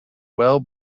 well